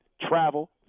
travel